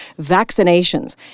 vaccinations